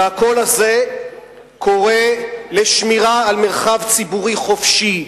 והקול הזה קורא לשמירה על מרחב ציבורי חופשי,